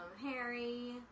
Harry